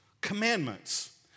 commandments